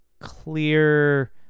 clear